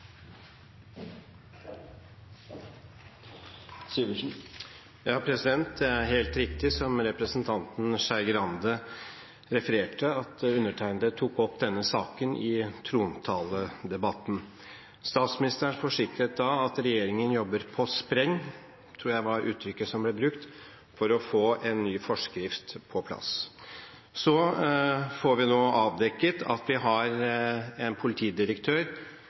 helt riktig som representanten Skei Grande refererte, at undertegnede tok opp denne saken i trontaledebatten. Statsministeren forsikret da at regjeringen jobbet på spreng – jeg tror det var uttrykket som ble brukt – for å få en ny forskrift på plass. Så får vi nå avdekket at vi har en politidirektør